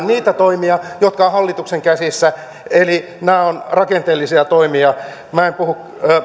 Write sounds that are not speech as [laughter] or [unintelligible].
[unintelligible] niitä toimia jotka ovat hallituksen käsissä eli rakenteellisia toimia minä en puhu